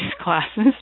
classes